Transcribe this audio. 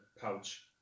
pouch